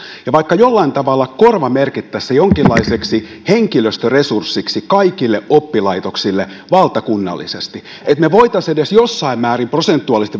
ja vaikka jollain tavalla korvamerkitsisimme ne jonkinlaiseksi henkilöstöresurssiksi kaikille oppilaitoksille valtakunnallisesti että me voisimme edes jossain määrin